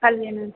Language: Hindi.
फल लेना था